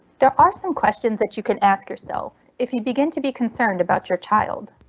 there are some questions that you can ask yourself if you begin to be concerned about your child.